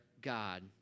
God